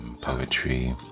poetry